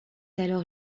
alors